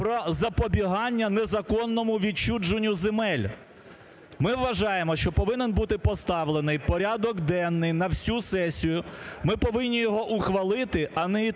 про запобігання незаконному відчуженню земель. Ми вважаємо, що повинен бути поставлений порядок денний на всю сесію, ми повинні його ухвалити, а не